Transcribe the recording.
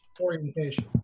orientation